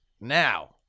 Now